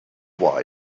wise